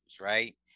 right